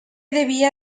devia